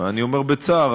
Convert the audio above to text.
ואני אומר בצער,